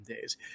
days